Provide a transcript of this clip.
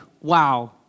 wow